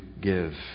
give